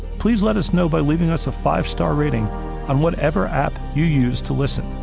please let us know by leaving us a five-star rating on whatever app you use to listen